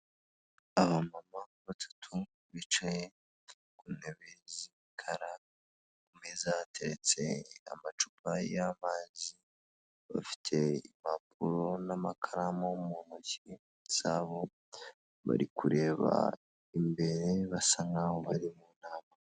Abamama batatu bicaye ku ntebe z'umukara, ku meza hateretse amacupa y'amazi, bafite impapuro n'amakaramu mu ntoki zabo, bari kureba imbere basa nk'aho bari mu nama.